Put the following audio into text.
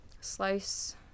Slice